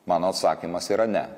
mano atsakymas yra ne